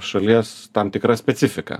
šalies tam tikra specifika